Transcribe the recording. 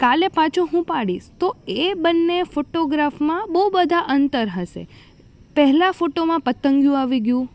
કાલે પાછો હું પાડીશ તો એ બંને ફોટોગ્રાફમાં બહુ બધા અંતર હશે પહેલાં ફોટોમાં પતંગિયું આવી ગયું